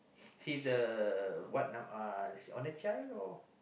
he's the what uh only child or